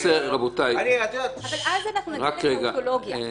------ אבל אז אנחנו ניכנס לטאוטולוגיה.